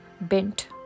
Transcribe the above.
bent